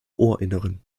ohrinneren